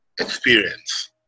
experience